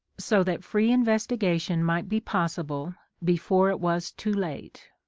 so that free investiga tion might be possible before it was too late.